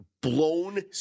blown